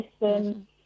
listen